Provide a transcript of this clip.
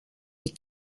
les